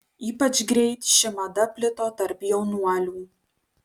ypač greit ši mada plito tarp jaunuolių